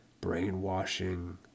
brainwashing